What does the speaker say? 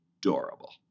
adorable